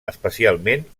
especialment